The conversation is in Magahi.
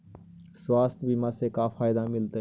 स्वास्थ्य बीमा से का फायदा मिलतै?